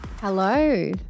Hello